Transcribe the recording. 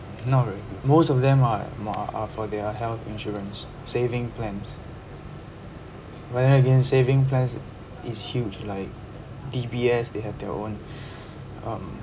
not really most of them are m~ uh for their health insurance saving plans but then again saving plans is huge like D_B_S they have their own um